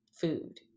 food